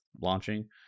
launching